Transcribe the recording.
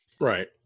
Right